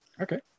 Okay